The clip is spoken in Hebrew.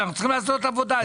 צריך לעשות עבודה.